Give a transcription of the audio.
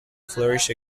flourish